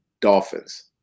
Dolphins